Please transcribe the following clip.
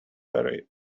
were